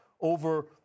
Over